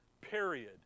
period